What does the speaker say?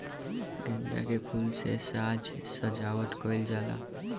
गेंदा के फूल से साज सज्जावट कईल जाला